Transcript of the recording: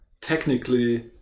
technically